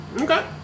Okay